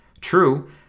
True